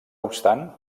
obstant